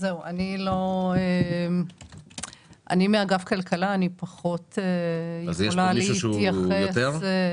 אני מאגף כלכלה ויכולה פחות להתייחס לנושא.